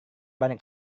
banyak